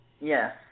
Yes